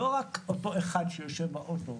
לא רק את אותו אחד שיושב באוטו,